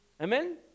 Amen